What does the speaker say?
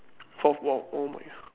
fourth !wow! oh my god